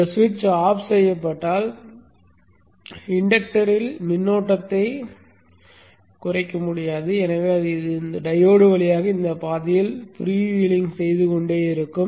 இந்த BJT ஸ்விட்ச் off செய்யப்பட்டால் இண்டக்டரில் உள்ள மின்னோட்டத்தை உடைக்க முடியாது எனவே அது இந்த டையோடு வழியாக இந்த பாதையில் ஃப்ரீவீலிங் செய்து கொண்டே இருக்கும்